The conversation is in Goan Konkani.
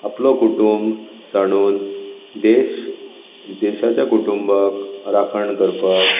आपलो कुटूंब सांडून देश देशाच्या कुटुंबाक राखण करपाक